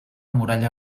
muralla